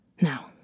Now